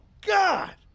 God